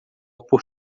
por